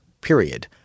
period